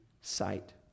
sight